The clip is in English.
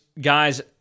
guys